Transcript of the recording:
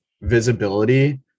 visibility